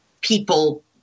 people